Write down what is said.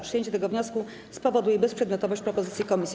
Przyjęcie tego wniosku spowoduje bezprzedmiotowość propozycji komisji.